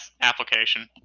application